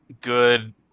good